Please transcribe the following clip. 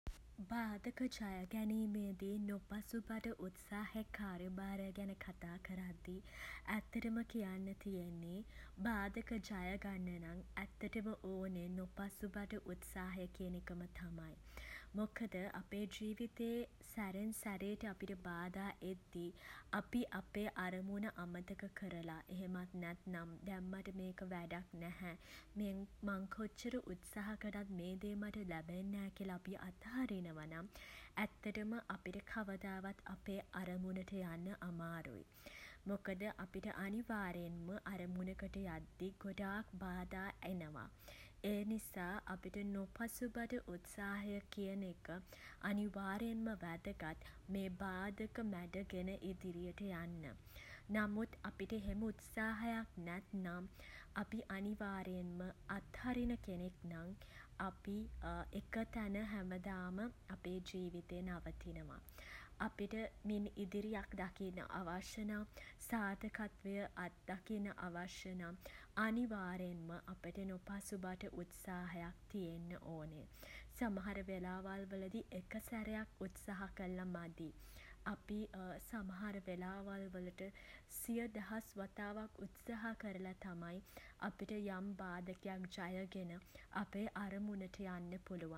බාධක ජය ගැනීමේ දී නොපසුබට උත්සාහයේ කාර්යභාරය ගැන කතා කරද්දී ඇත්තටම කියන්න තියෙන්නෙ බාධක ජයගන්න නම් ඇත්තටම ඕනෙ නොපසුබට උත්සාහය කියන එක තමයි. මොකද අපේ ජීවිතයේ සැරෙන් සැරේට අපිට බාධා එද්දී අපේ අරමුණ අමතක කරලා එහෙමත් නැත්නම් දැන් මට මේක වැඩක් නැහැ මං කොච්චර උත්සාහ කළත් මේ දේ මට ලැබෙන්නෙ නෑ කියල අපි අත්හරිනවා නම් ඇත්තටම අපිට කවදාවත් අපේ අරමුණට යන්න අමාරුයි. මොකද අපිට අනිවාර්යෙන්ම අරමුණකට යද්දී ගොඩක් බාධා එනවා. ඒ නිසා අපිට නොපසුබට උත්සාහය කියන එක අනිවාර්යයෙන්ම වැදගත් මේ බාධක මැඩගෙන ඉදිරියට යන්න. නමුත් අපිට එහෙම උත්සාහයක් නැත්නම් අපි අනිවාර්යෙන්ම අත්හරින කෙනෙක් නම් අපි එක තැන හැමදාම අපේ ජීවිතේ නවතිනවා. අපිට මින් ඉදිරියක් දකින්න අවශ්‍ය නම් සාර්ථකත්වය ඇත දකින්න අවශ්‍ය නම් අනිවාර්යෙන්ම අපිට නොපසුබට උත්සාහයක් තියෙන්නම ඕනේ. සමහර වෙලාවල් වලදී එක සැරයක් උත්සාහ කරල මදී සමහර වෙලාවල් වලට සිය දහස් වතාවක් උත්සාහ කරලා තමයි අපිට යම් බාධකයක් ජය ගෙන අපේ අරමුණට යන්න පුළුවන්.